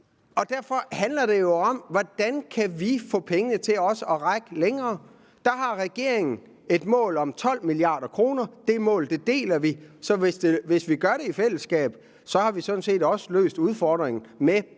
Derfor handler det jo også om, hvordan vi kan få pengene til at række længere. Der har regeringen et mål på 12 mia. kr. Det mål deler vi, så hvis vi gør det i fællesskab, har vi sådan set også løst udfordringen med både